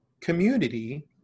community